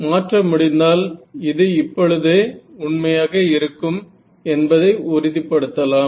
மாற்ற முடிந்தால் இது எப்பொழுதுமே உண்மையாக இருக்கும் என்பதை உறுதிப்படுத்தலாம்